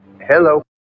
Hello